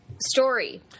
Story